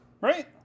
right